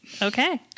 Okay